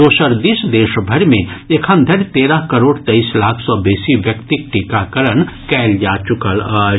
दोसर दिस देशभरि मे एखन धरि तेरह करोड़ तेईस लाख सँ बेसी व्यक्तिक टीकाकरण कयल जा चुकल अछि